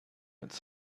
its